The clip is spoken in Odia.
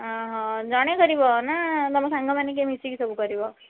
ହଁ ହଁ ଜଣେ କରିବ ନା ତୁମ ସାଙ୍ଗମାନେ କିଏ ମିଶିକି ସବୁ କରିବ